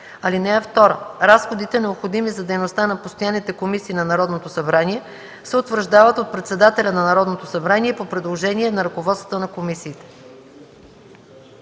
(2) Разходите, необходими за дейността на постоянните комисии на Народното събрание, се утвърждават от председателя на Народното събрание по предложение на ръководствата на комисиите.”